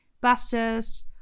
buses